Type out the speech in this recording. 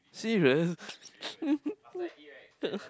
serious